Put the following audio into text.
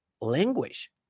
language